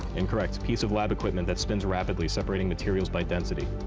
incorrect. piece of lab equipment that spins rapidly separating materials by density.